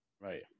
Right